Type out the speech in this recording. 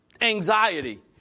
anxiety